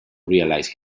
realize